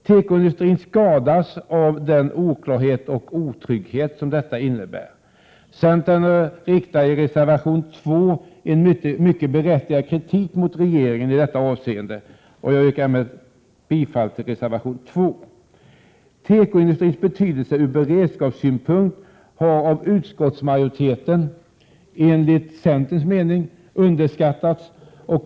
Tekoindustrin skadas av den oklarhet och otrygghet som detta innebär. Centern riktar i reservation 2 en mycket berättigad kritik mot regeringen i detta avseende. Jag yrkar bifall till reservation 2. Tekoindustrins betydelse från beredskapssynpunkt har enligt centerns mening underskattats av utskottsmajoriteten.